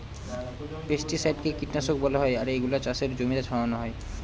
পেস্টিসাইডকে কীটনাশক বলা হয় আর এগুলা চাষের জমিতে ছড়ানো হয়